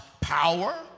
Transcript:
power